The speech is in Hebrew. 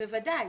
בוודאי,